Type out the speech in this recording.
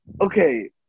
okay